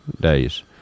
days